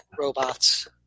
robots